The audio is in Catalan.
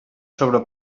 sobre